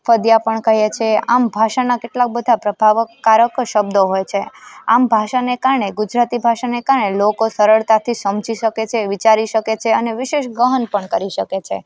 ફદિયા પણ કહીએ છીએ આમ ભાષાનાં કેટલા બધા પ્રભાવક કારક શબ્દો હોય છે આમ ભાષાને કારણે ગુજરાતી ભાષાને કારણે લોકો સરળતાથી સમજી શકે છે વિચારી શકે છે અને વિશેષ ગહન પણ કરી શકે છે